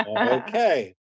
Okay